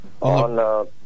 on